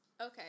Okay